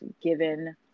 given